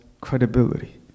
credibility